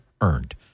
earned